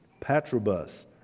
Patrobus